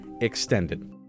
extended